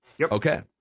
Okay